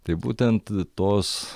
tai būtent tos